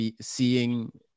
seeing